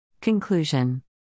Conclusion